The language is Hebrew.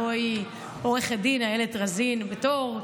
הלוא היא עו"ד איילת רזין בית-אור.